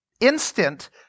instant